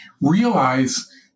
realize